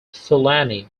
fulani